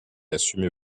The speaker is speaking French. assumez